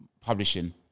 publishing